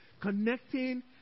Connecting